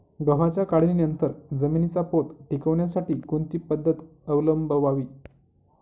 गव्हाच्या काढणीनंतर जमिनीचा पोत टिकवण्यासाठी कोणती पद्धत अवलंबवावी?